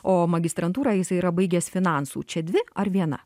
o magistrantūrą jisai yra baigęs finansų čia dvi ar viena